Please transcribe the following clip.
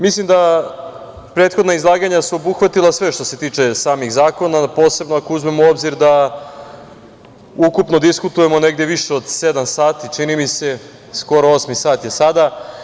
Mislim da prethodna izlaganja su obuhvatila sve što se tiče samih zakona, posebno ako uzmemo u obzir da ukupno diskutujemo negde i više od sedam sati čini mi se, skoro osmi sat je sada.